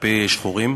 כלפי שחורים,